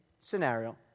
scenario